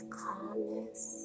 calmness